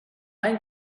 ein